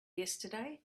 yesterday